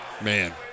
Man